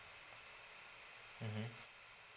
mmhmm